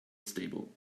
stable